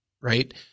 right